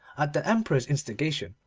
at the emperor's instigation,